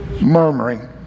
Murmuring